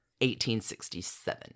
1867